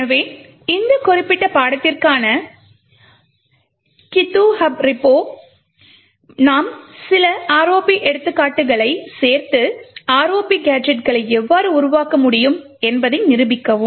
எனவே இந்த குறிப்பிட்ட பாடத்திற்கான கிதுப் ரெப்போவில் நாம் சில ROP எடுத்துக்காட்டுகளைச் சேர்த்து ROP கேஜெட்களை எவ்வாறு உருவாக்க முடியும் என்பதை நிரூபிக்கவும்